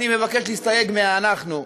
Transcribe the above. אני מבקש להסתייג מה"אנחנו",